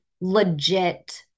legit